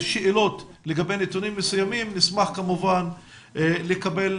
שאלות לגבי נתונים מסוימים ונשמח כמובן לקבל